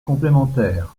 complémentaires